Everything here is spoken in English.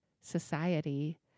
society